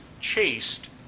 chased